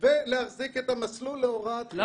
ולהחזיק את המסלול להוראת חינוך גופני.